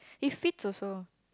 it fits also